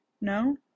No